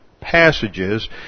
passages